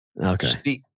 Okay